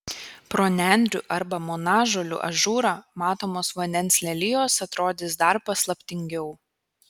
pro nendrių arba monažolių ažūrą matomos vandens lelijos atrodys dar paslaptingiau